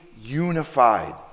unified